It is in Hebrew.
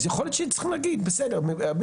אז יכול להיות שצריכים להגיד בסדר,